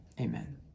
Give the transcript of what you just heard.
Amen